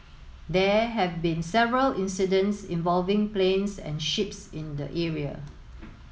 there have been several incidents involving planes and ships in the area